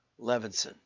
Levinson